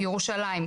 ירושלים,